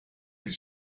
his